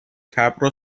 capital